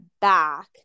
back